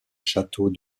château